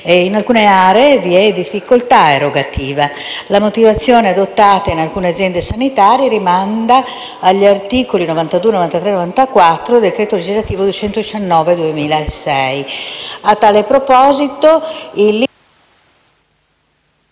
In alcune aree vi è difficoltà erogativa. La motivazione adottata in alcune aziende sanitarie rimanda agli articoli 92, 93 e 94 del decreto legislativo n.